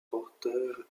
porter